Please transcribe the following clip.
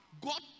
god